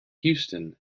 houston